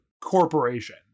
corporation